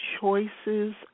choices